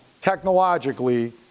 technologically